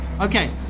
Okay